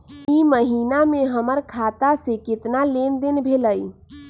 ई महीना में हमर खाता से केतना लेनदेन भेलइ?